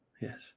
Yes